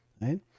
right